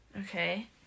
Okay